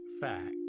fact